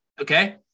Okay